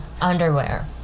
underwear